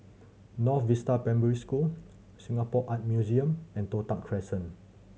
North Vista Primary School Singapore Art Museum and Toh Tuck Crescent